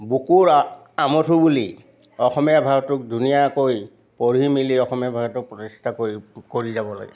বুকুৰ আ আমঠু বুলি অসমীয়া ভাষাটোক ধুনীয়াকৈ পঢ়ি মেলি অসমীয়া ভাষাটোক প্ৰতিষ্ঠা কৰিব কৰি যাব লাগে